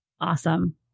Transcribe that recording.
Awesome